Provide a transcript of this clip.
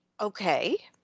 okay